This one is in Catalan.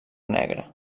negra